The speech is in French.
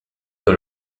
dans